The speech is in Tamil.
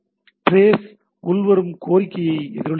ட்ரெஸ் உள்வரும் கோரிக்கையை எதிரொலிக்கிறது